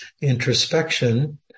introspection